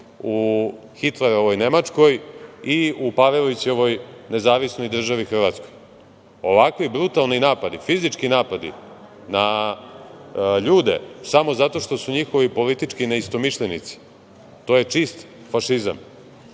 u Hitlerovoj Nemačkoj i u Pavelićevoj NDH.Ovakvi brutalni napadi, fizički napadi na ljude samo zato što su njihovi politički neistomišljenici, to je čist fašizam. Mi